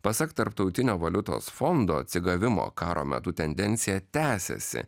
pasak tarptautinio valiutos fondo atsigavimo karo metu tendencija tęsiasi